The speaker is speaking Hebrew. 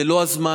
זה לא הזמן.